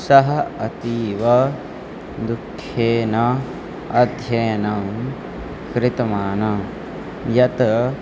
सः अतीव दुखेन अध्ययनं कृतवान् यत्